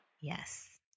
Yes